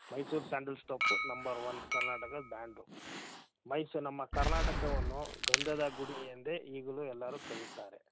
Mysore sandal soap number one ಕರ್ನಾಟಕದ brand ಮೈಸು ನಮ್ಮ ಕರ್ನಾಟಕವನ್ನು ಗಂಧದ ಗುಡಿ ಎಂದೇ ಈಗಲೂ ಎಲ್ಲರೂ ಕರೆಯುತ್ತಾರೆ